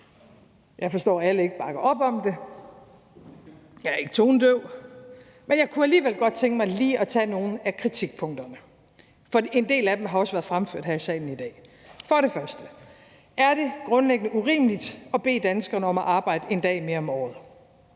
Jeg forstår, at alle ikke bakker op om det. Jeg er ikke tonedøv, men jeg kunne alligevel godt tænke mig lige at tage nogle af kritikpunkterne, for en del af dem har også været fremført her i salen i dag. Kl. 23:27 For det første: Er det grundlæggende urimeligt at bede danskerne om at arbejde en dag mere om året?